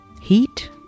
Heat